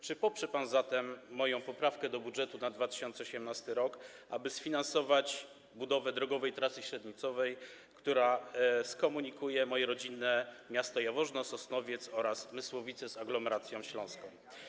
Czy poprze pan zatem moją poprawkę do budżetu na 2018 r., aby sfinansować budowę drogowej trasy średnicowej, która skomunikuje moje rodzinne miasto Jaworzno, Sosnowiec oraz Mysłowice z aglomeracją śląską?